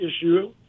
issue